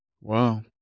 Wow